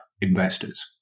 investors